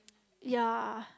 ye